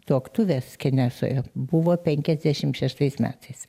tuoktuvės kenesoje buvo penkiasdešim šeštais metais